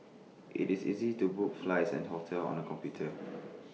IT is easy to book flights and hotels on the computer